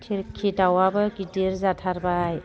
तिरकि दाउआबो गिदिर जाथारबाय